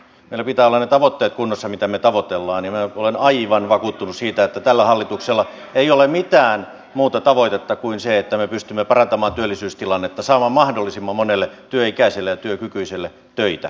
meillä pitää olla ne tavoitteet kunnossa mitä me tavoittelemme ja minä olen aivan vakuuttunut siitä että tällä hallituksella ei ole mitään muuta tavoitetta kuin se että me pystymme parantamaan työllisyystilannetta saamaan mahdollisimman monelle työikäiselle ja työkykyiselle töitä